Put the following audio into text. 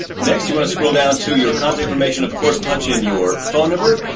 next, you want to scroll down to your contact information, of course, punch in your phone number.